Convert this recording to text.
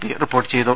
P report ചെയ്തു